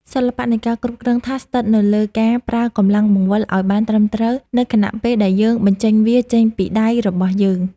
សិល្បៈនៃការគ្រប់គ្រងថាសស្ថិតនៅលើការប្រើកម្លាំងបង្វិលឱ្យបានត្រឹមត្រូវនៅខណៈពេលដែលយើងបញ្ចេញវាចេញពីដៃរបស់យើង។